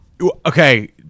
Okay